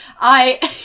I-